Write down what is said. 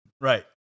Right